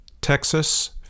Texas